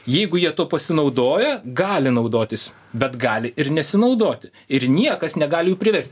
jeigu jie tuo pasinaudoja gali naudotis bet gali ir nesinaudoti ir niekas negali jų priverst